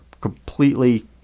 completely